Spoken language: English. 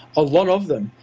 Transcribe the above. a lot of them,